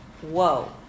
Whoa